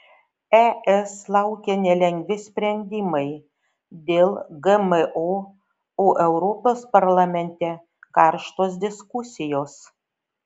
es laukia nelengvi sprendimai dėl gmo o europos parlamente karštos diskusijos